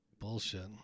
Bullshit